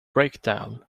breakdown